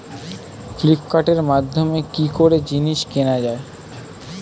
ফ্লিপকার্টের মাধ্যমে কি করে জিনিস কেনা যায়?